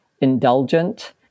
indulgent